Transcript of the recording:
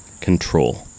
control